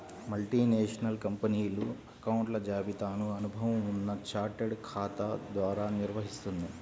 multinational కంపెనీలు అకౌంట్ల జాబితాను అనుభవం ఉన్న చార్టెడ్ ఖాతా ద్వారా నిర్వహిత్తుంది